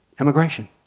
immigration.